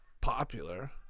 popular